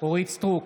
אורית מלכה סטרוק,